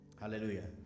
Hallelujah